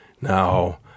Now